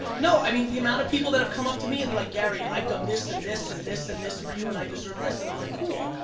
no, i mean, the amount of people that have come up to me and they're like, gary, i've done this and this and this and this for you and i deserve this. and i'm like, cool.